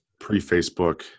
pre-Facebook